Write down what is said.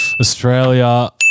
Australia